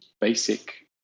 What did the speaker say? basic